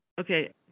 okay